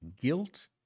guilt